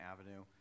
avenue